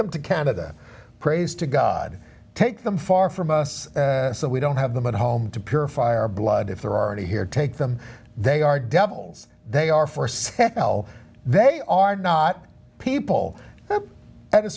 them to canada prays to god take them far from us so we don't have them at home to purify our blood if they're already here take them they are devils they are forests well they are not people